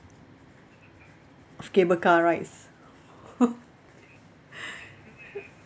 cable car rides